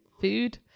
Food